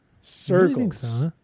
Circles